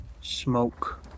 Smoke